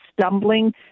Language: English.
stumbling